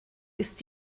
ist